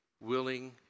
willing